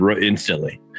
instantly